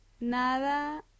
Nada